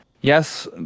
Yes